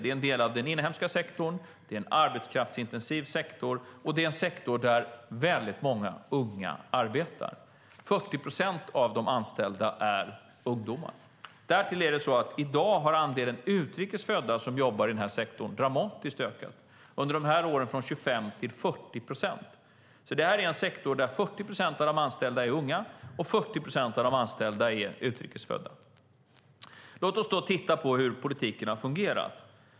Den är en del av den inhemska sektorn, det är en arbetskraftsintensiv sektor och det är en sektor där väldigt många unga arbetar. 40 procent av de anställda är ungdomar. Därtill har andelen utrikes födda som jobbar i den här sektorn dramatiskt ökat, under de här åren från 25 till 40 procent. Det här är alltså en sektor där 40 procent av de anställda är unga och 40 procent av de anställda är utrikes födda. Låt oss då titta på hur politiken har fungerat.